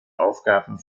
aufgaben